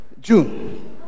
June